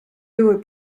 były